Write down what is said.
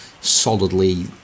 solidly